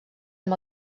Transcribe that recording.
amb